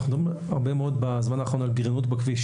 בזמן האחרון אנחנו מדברים הרבה מאוד על בריונות בכביש,